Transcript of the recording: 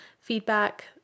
feedback